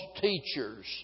teachers